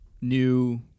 new